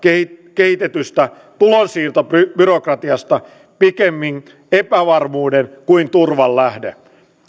kehitetystä tulonsiirtobyrokratiasta pikemmin epävarmuuden kuin turvan lähde